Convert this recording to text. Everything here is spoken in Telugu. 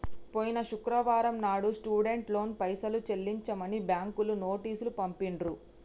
పోయిన శుక్రవారం నాడు స్టూడెంట్ లోన్ పైసలు చెల్లించమని బ్యాంకులు నోటీసు పంపిండ్రు